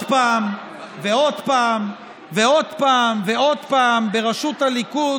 פעם ועוד פעם ועוד פעם בראשות הליכוד,